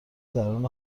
درون